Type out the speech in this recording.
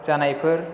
जानायफोर